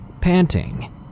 panting